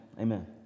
Amen